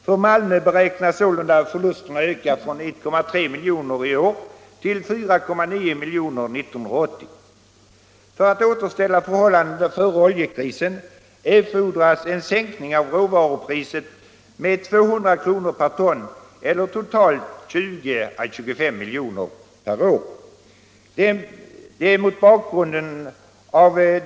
För Malmö beräknas förlusterna öka från 1,3 miljoner i år till 4,9 miljoner 1980. För att återställa förhållandena till läget före oljekrisen erfordras en sänkning av råvarupriset med 200 kr. per ton eller totalt 20 å 25 milj.kr. per år.